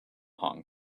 hong